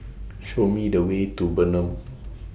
Show Me The Way to Bernam